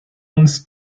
uns